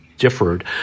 Differed